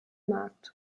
markt